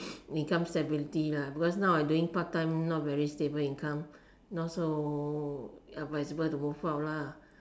income stability lah because now I doing part time not very stable income not so advisable to move out lah